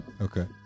Okay